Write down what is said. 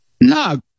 no